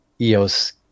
EOS